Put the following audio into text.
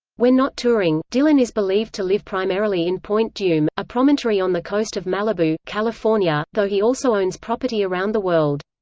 when not touring, dylan is believed to live primarily in point dume, a promontory on the coast of malibu, california, though he also owns property around the world.